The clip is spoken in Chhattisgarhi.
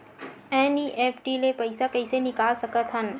एन.ई.एफ.टी ले पईसा कइसे निकाल सकत हन?